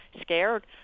scared